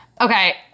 Okay